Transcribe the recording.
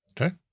Okay